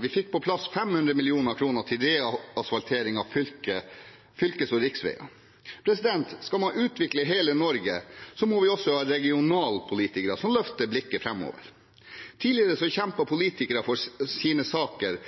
Vi fikk på plass 500 mill. kr til reasfaltering av fylkes- og riksveier. Skal man utvikle hele Norge, må vi også ha regionalpolitikere som løfter blikket framover. Tidligere kjempet politikere for sine saker